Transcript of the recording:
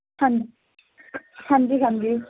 ਹਾਂਜੀ ਹਾਂਜੀ ਹਾਂਜੀ